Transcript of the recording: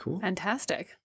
fantastic